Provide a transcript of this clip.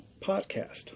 podcast